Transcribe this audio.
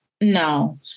no